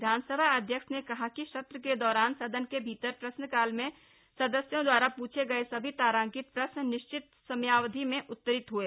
विधानसभा अध्यक्ष ने कहा कि सत्र के दौरान सदन के भीतर प्रश्नकाल में सदस्यों द्वारा प्छे गये सभी तारांकित प्रश्न निश्चित समायावधि में उत्तरित हुए